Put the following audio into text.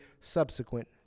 subsequent